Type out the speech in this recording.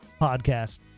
podcast